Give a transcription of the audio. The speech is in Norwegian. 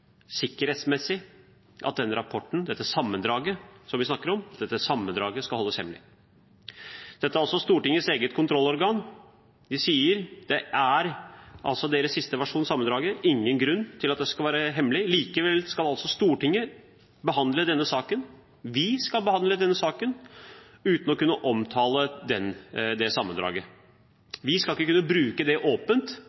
sikkerhetsmessig grunn til at dette sammendraget som vi snakker om, skal holdes hemmelig. Dette er altså Stortingets eget kontrollorgan. De sier at det er ingen grunn til at sammendraget skal være hemmelig. Likevel skal Stortinget behandle denne saken – vi skal behandle denne saken – uten å kunne omtale sammendraget. Vi skal ikke kunne bruke det